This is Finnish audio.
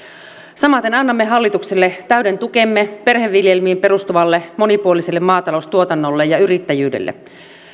samaten annamme hallitukselle täyden tukemme perheviljelmiin perustuvalle monipuoliselle maataloustuotannolle ja yrittäjyydelle